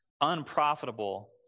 unprofitable